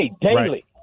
daily